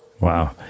Wow